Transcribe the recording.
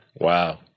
Wow